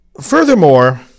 furthermore